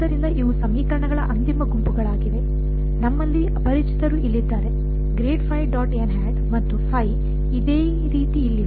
ಆದ್ದರಿಂದ ಇವು ಸಮೀಕರಣಗಳ ಅಂತಿಮ ಗುಂಪುಗಳಾಗಿವೆ ನಮ್ಮಲ್ಲಿ ಅಪರಿಚಿತರು ಇಲ್ಲಿದ್ದಾರೆ ಮತ್ತು ಇದೇ ರೀತಿ ಇಲ್ಲಿವೆ